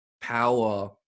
power